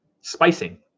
spicing